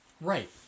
Right